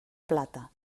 plata